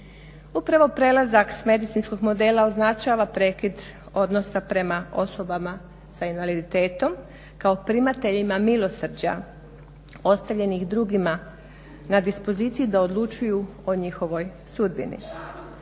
Upravo prelazak s medicinskog modela označava prekid odnosa prema osobama s invaliditetom, kao primateljima milosrđa ostavljenih drugima na dispoziciji da odlučuju o njihovoj sudbini.